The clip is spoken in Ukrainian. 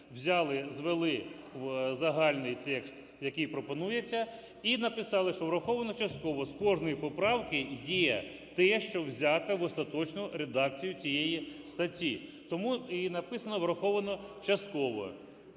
звели в загальний текст, який пропонується, і написали, що враховано частково. З кожної поправки є те, що взято в остаточну редакцію цієї статті. Тому і написано "враховано частково",